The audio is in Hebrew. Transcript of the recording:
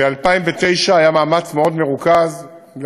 ב-2009 היה מאמץ מרוכז מאוד,